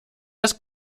das